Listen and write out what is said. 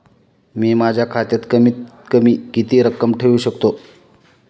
मी माझ्या खात्यात कमीत कमी किती रक्कम ठेऊ शकतो?